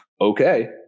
Okay